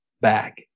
back